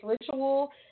ritual